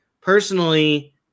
personally